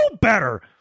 better